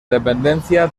dependencia